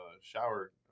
shower